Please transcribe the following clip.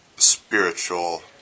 spiritual